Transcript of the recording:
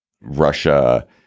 Russia